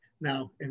Now